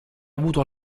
avuto